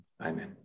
Amen